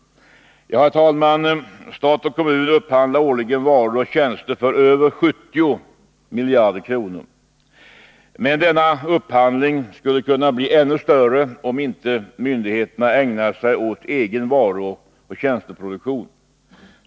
Herr talman! Stat och kommun upphandlar årligen varor och tjänster för över 70 miljarder kronor. Men denna upphandling skulle kunna bli ännu större om inte myndigheterna ägnade sig åt egen varuoch tjänsteproduktion.